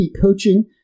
coaching